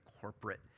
corporate